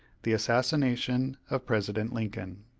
the assassination of president lincoln